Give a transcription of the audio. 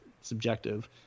subjective